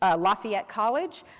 ah lafayette college,